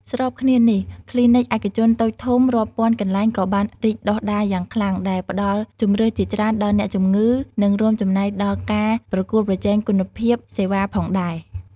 ស្របគ្នានេះ គ្លីនិកឯកជនតូចធំរាប់ពាន់កន្លែងក៏បានរីកដុះដាលយ៉ាងខ្លាំង ដែលផ្តល់ជម្រើសជាច្រើនដល់អ្នកជំងឺ និងរួមចំណែកដល់ការប្រកួតប្រជែងគុណភាពសេវាផងដែរ។